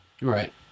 Right